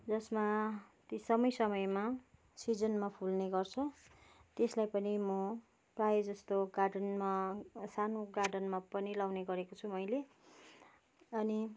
जसमा ती समय समयमा सिजनमा फुल्ने गर्छ त्यसलाई पनि म प्रायःजस्तो गार्डनमा सानो गार्डनमा पनि लगाउने गरेको छु मैले अनि